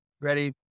ready